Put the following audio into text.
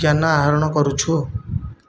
ଜ୍ଞାନ ଆହରଣ କରୁଛୁ